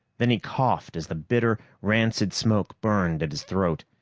then he coughed as the bitter, rancid smoke burned at his throat.